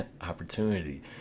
opportunity